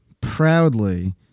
proudly